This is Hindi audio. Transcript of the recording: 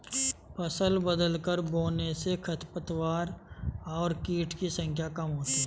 फसल बदलकर बोने से खरपतवार और कीट की संख्या कम होती है